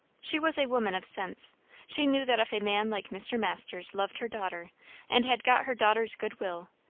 she was a woman of sense she knew that if a man like mr. masters loved her daughter and had got her daughter's good-will,